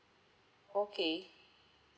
okay